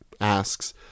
asks